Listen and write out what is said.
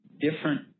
different